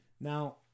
Now